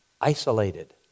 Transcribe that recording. isolated